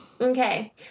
Okay